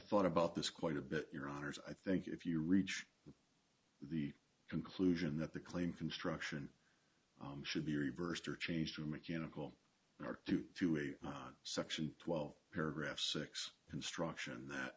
thought about this quite a bit your honour's i think if you reach the conclusion that the claim construction should be reversed or changed or mechanical or due to a section twelve paragraph six instruction that